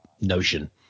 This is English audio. notion